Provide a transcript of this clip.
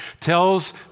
tells